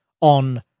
on